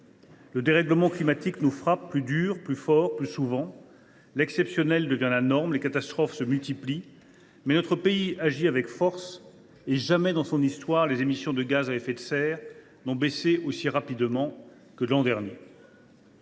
Le dérèglement climatique nous frappe plus durement, plus fortement et plus souvent. L’exceptionnel devient la norme et les catastrophes se multiplient, mais notre pays agit avec force, et jamais, dans son histoire, les émissions de gaz à effet de serre n’ont baissé aussi rapidement que l’an dernier.